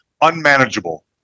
unmanageable